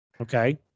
Okay